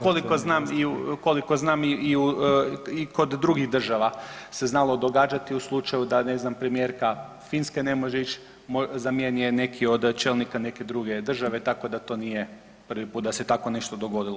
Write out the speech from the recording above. Koliko znam i u, koliko znam i u, i kod drugih država se znalo događati u slučaju da, ne znam, premijerka Finske ne može ić, zamijeni je neki od čelnika neke druge države, tako da to nije prvi put da se tako nešto dogodilo.